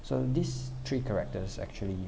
so these three characters actually